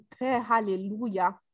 hallelujah